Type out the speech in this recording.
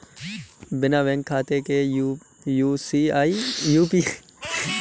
बिना बैंक खाते के क्या यू.पी.आई सेवाओं का लाभ उठा सकते हैं?